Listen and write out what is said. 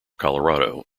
colorado